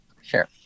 sure